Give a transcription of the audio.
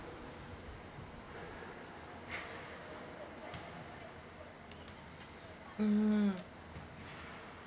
mm